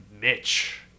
Mitch